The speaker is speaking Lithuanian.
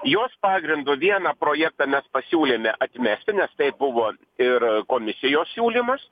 jos pagrindu vieną projektą mes pasiūlėme atmesti nes tai buvo ir komisijos siūlymas